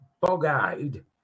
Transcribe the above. Bog-Eyed